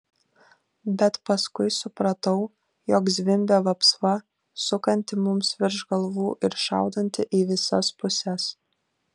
bet paskui supratau jog zvimbia vapsva sukanti mums virš galvų ir šaudanti į visas puses